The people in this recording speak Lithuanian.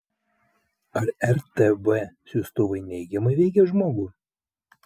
ar rtv siųstuvai neigiamai veikia žmogų